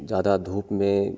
ज्यादा धूप में